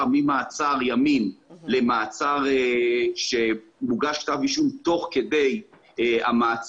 ממעצר ימים למעצר שמוגש כתב אישום תוך כדי המעצר,